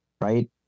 right